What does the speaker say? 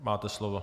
Máte slovo.